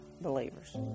believers